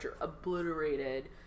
obliterated